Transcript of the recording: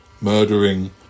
murdering